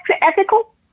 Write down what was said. ethical